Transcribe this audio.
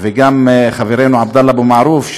וגם חברנו עבדאללה אבו מערוף,